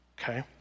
okay